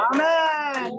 Amen